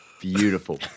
Beautiful